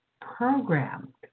programmed